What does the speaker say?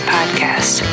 Podcast